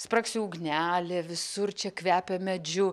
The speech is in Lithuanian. spragsi ugnelė visur čia kvepia medžiu